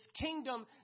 kingdom